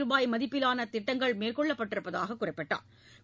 ரூபாய் மதிப்பிலாள திட்டங்கள் மேற்கொள்ளப்பட்டிருப்பதாக குறிப்பிட்டாள்